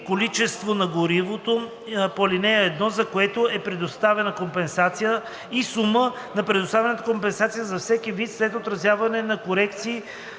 на горивото по ал. 1, за което е предоставена компенсация, и сума на предоставената компенсация за всеки вид след отразяване на корекции